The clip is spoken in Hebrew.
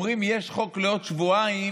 אומרים שיש חוק לעוד שבועיים,